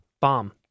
Bomb